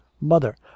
Mother